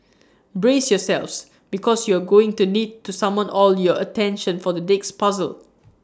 brace yourselves because you're going to need to summon all your attention for the next puzzle